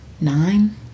Nine